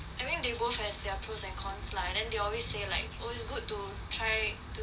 I think they both have their pros and cons lah and then they always say like oh it's good to try to